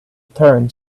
turn